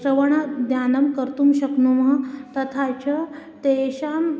श्रवणज्ञानं कर्तुं शक्नुमः तथा च तेषाम्